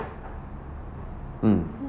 mm